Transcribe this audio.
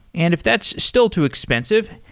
and if that's still too expensive,